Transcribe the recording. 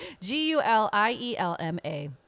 G-U-L-I-E-L-M-A